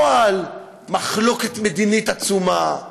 לא על מחלוקת מדינית עצומה,